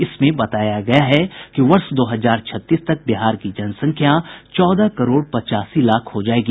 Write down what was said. इसमें बताया गया है कि वर्ष दो हजार छत्तीस तक बिहार की जनसंख्या चौदह करोड़ पचासी लाख हो जायेगी